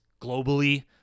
globally